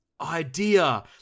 idea